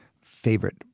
favorite